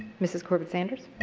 mrs. corbett sanders.